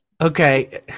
Okay